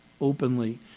openly